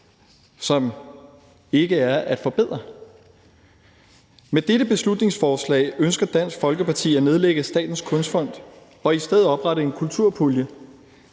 man ikke forbedrer det. Med dette beslutningsforslag ønsker Dansk Folkeparti at nedlægge Statens Kunstfond og i stedet oprette en kulturpulje.